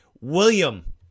William